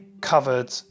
covered